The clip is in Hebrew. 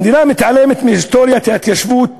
המדינה מתעלמת מהיסטוריית ההתיישבות